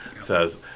says